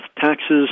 taxes